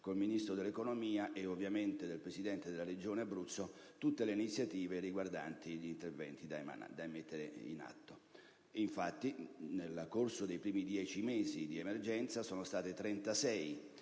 con il Ministro dell'economia e, ovviamente, con il presidente della Regione Abruzzo, tutte le iniziative riguardanti gli interventi da mettere in atto. Infatti, nel corso dei primi 10 mesi di emergenza sono state 36